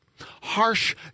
Harsh